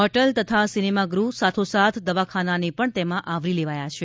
hotel તથા સિનેમાગૃહ સાથોસાથ દવાખાનાને પણ તેમાં આવરી લેવાયા છે